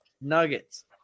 nuggets